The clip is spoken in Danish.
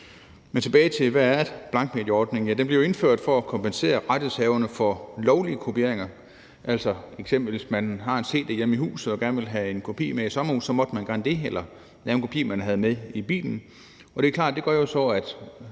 Men tilbage til emnet: Hvad er en blankmedieordning? Ja, den blev jo indført for at kompensere rettighedshaverne for lovlige kopieringer, altså, hvis man f.eks. havde en cd hjemme i huset og gerne ville lave en kopi og tage den med i sommerhuset, måtte man gerne det, eller lave en kopi og tage den med i bilen, og det er klart, at det gør, at